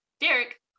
Derek